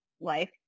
life